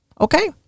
okay